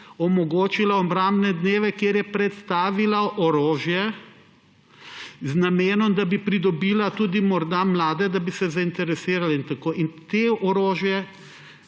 omogočilo obrambne dneve, kjer je predstavila orožje z namenom, da bi morda pridobila tudi mlade, da bi se zainteresirali in tako. In to orožje